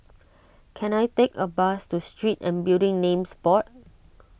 can I take a bus to Street and Building Names Board